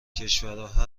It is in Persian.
کشورها